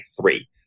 three